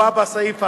הקבועה בסעיף האמור,